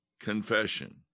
confession